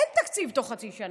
אין תקציב בתוך חצי שנה.